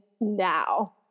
now